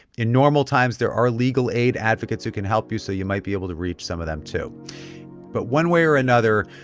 in normal times, there are legal aid advocates who can help you, so you might be able to reach some of them, too but one way or another,